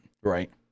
Right